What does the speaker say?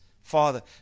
Father